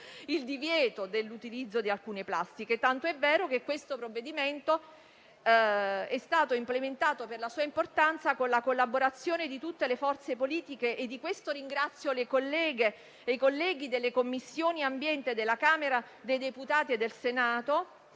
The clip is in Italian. il divieto di utilizzo di alcune plastiche. Ciò è tanto vero che il provvedimento in esame è stato implementato, per la sua importanza, con la collaborazione di tutte le forze politiche, e di questo ringrazio le colleghe e i colleghi della VIII Commissione della Camera dei deputati e della